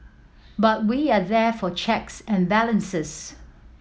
but we are there for checks and balances